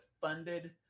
funded